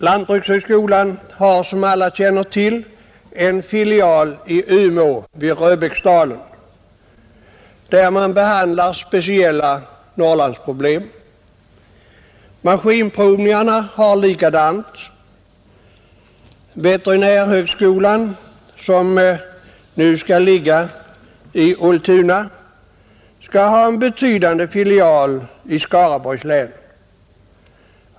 Lantbrukshögskolan har som alla känner till en filial i Röbäcksdalen vid Umeå, där man behandlar speciella Norrlandsproblem. Maskinprovningarna har också det. Veterinärhögskolan, som nu skall ligga i Ultuna, skall ha en betydande filial i Skaraborgs län.